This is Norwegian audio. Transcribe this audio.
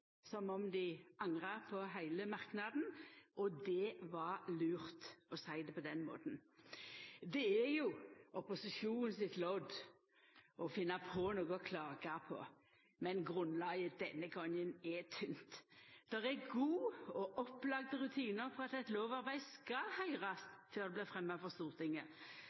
som om dei angra på heile merknaden, og det var lurt å seia det på den måten. Det er jo opposisjonen sitt lodd å finna noko å klaga på, men grunnlaget denne gongen er tynt. Det er gode og opplagde rutinar for at eit lovarbeid skal høyrast før det blir fremja for Stortinget.